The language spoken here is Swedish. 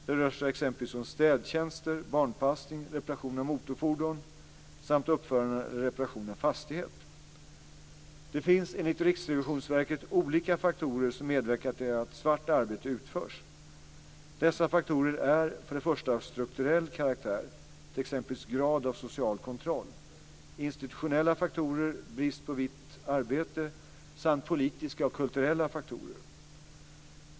Det rör sig exempelvis om städtjänster, barnpassning, reparation av motorfordon samt uppförande eller reparation av fastighet. Det finns enligt Riksrevisionsverket olika faktorer som medverkar till att svart arbete utförs. Dessa faktorer är, för det första, av strukturell karaktär, t.ex. grad av social kontroll, institutionella faktorer, brist på vitt arbete samt politiska och kulturella faktorer.